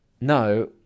no